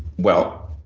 well,